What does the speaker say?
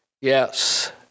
Yes